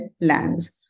lands